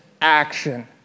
action